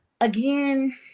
Again